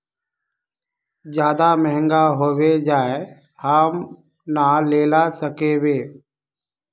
ज्यादा महंगा होबे जाए हम ना लेला सकेबे?